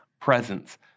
presence